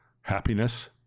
happiness